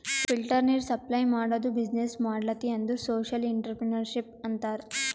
filter ನೀರ್ supply ಮಾಡದು business ಮಾಡ್ಲತಿ ಅಂದುರ್ ಸೋಶಿಯಲ್ ಇಂಟ್ರಪ್ರಿನರ್ಶಿಪ್ ಅಂತಾರ್